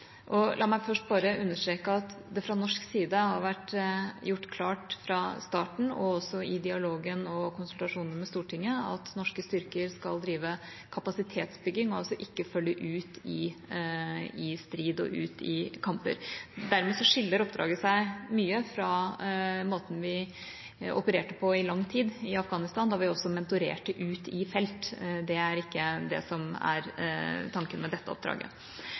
La meg først bare understreke at det fra norsk side har vært gjort klart fra starten, og i dialogen og konsultasjonene med Stortinget, at norske styrker skal drive kapasitetsbygging og ikke følge ut i strid og kamper. Dermed skiller oppdraget seg mye fra måten vi opererte på i lang tid i Afghanistan, der vi også mentorerte ut i felt. Det er ikke det som er tanken med dette oppdraget.